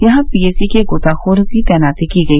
यहां पीएसी के गोताखोरों की तैनाती की गई